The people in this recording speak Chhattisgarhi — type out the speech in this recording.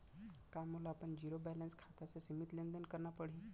का मोला अपन जीरो बैलेंस खाता से सीमित लेनदेन करना पड़हि?